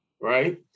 right